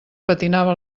patinava